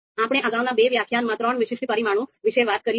આપણે અગાઉના બે વ્યાખ્યાનોમાં ત્રણ વિશિષ્ટ પરિમાણો વિશે વાત કરી હતી